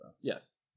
Yes